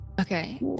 okay